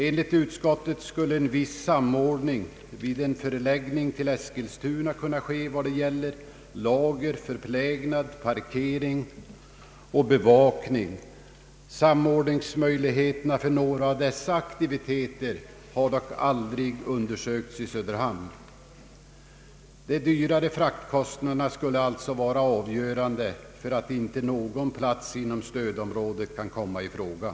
Enligt utskottet skulle vid en förläggnig till Eskilstuna en viss samordning kunna ske vad gäller lageroch verkstadsfunktioner, förplägnad, parkering och bevakning. Samordningsmöjligheterna för några av dessa aktiviteter har dock aldrig undersökts i Söderhamn. De dyrare fraktkostnaderna skulle alltså vara avgörande för att inte någon plats inom stödområdet kan komma i fråga.